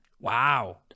Wow